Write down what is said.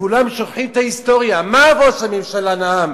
כולם שוכחים את ההיסטוריה: מה ראש הממשלה נאם